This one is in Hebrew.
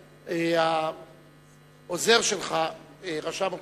העוזר שלך רשם אותך.